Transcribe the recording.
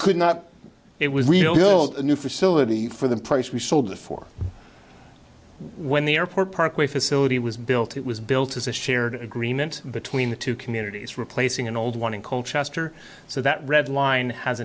could not it was real build a new facility for the price we sold the fore when the airport parkway facility was built it was built as a shared agreement between the two communities replacing an old one in coal chester so that redline has